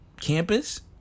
campus